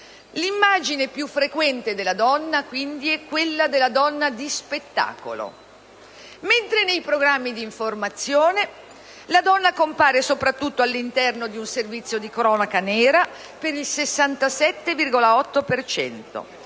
L'immagine più frequente della donna, quindi, è quella della donna di spettacolo, mentre, nei programmi di informazione, la donna compare soprattutto all'interno di servizi di cronaca nera, per il 67,8